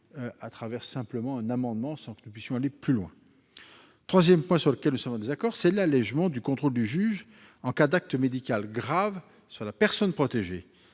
à travers un simple amendement, sans que nous puissions aller plus loin. Le troisième point sur lequel nous sommes en désaccord, c'est l'allégement du contrôle du juge en cas d'acte médical grave sur la personne protégée.